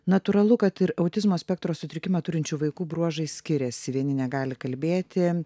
natūralu kad ir autizmo spektro sutrikimą turinčių vaikų bruožai skiriasi vieni negali kalbėti